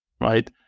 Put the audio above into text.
right